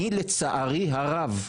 אני לצערי הרב,